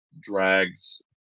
drags